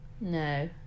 No